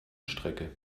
strecke